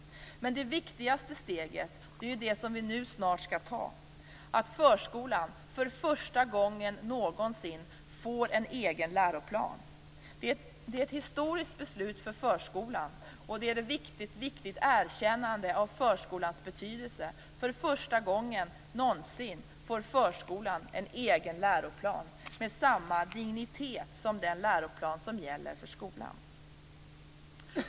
Men det viktigaste steget är det som vi nu snart skall ta, att förskolan för första gången någonsin får en egen läroplan. Det är ett historiskt beslut för förskolan, och det är ett viktigt erkännande av förskolans betydelse. För första gången någonsin får förskolan en egen läroplan med samma dignitet som den läroplan som gäller för skolan.